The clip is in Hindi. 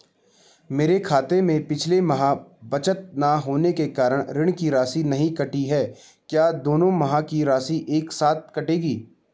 मेरे खाते में पिछले माह बचत न होने के कारण ऋण की किश्त नहीं कटी है क्या दोनों महीने की किश्त एक साथ कटेगी?